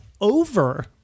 over